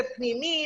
זה פנימית,